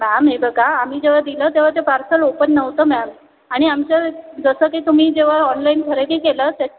ma'am हे बघा आम्ही जेव्हा दिलं तेव्हा ते पार्सल ओपन नव्हतं मॅम आणि आमचं जसं की तुम्ही जेव्हा ऑनलाईन खरेदी केलं असेल